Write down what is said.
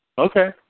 Okay